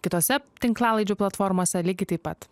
kitose tinklalaidžių platformose lygiai taip pat